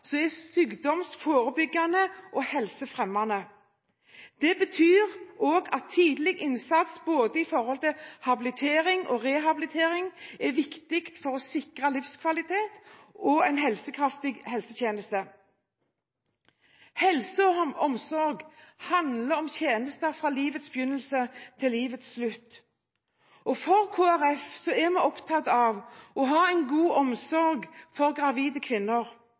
er sykdomsforebyggende og helsefremmende. Det betyr også at tidlig innsats både i forhold til habilitering og rehabilitering er viktig for å sikre livskvalitet og en helsekraftig helsetjeneste. Helse og omsorg handler om tjenester fra livets begynnelse til livets slutt. Kristelig Folkeparti er opptatt av å ha en god omsorg for gravide kvinner,